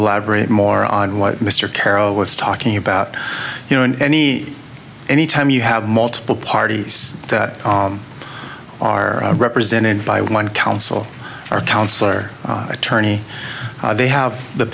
elaborate more on what mr carroll was talking about you know in any any time you have multiple parties that are represented by one council or council or attorney they have the